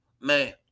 man